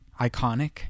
iconic